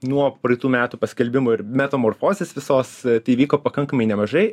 nuo praeitų metų paskelbimo ir metamorfozės visos įvyko pakankamai nemažai